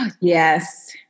Yes